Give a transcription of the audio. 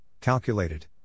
calculated